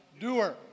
doer